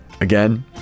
again